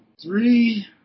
three